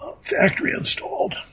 factory-installed